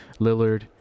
Lillard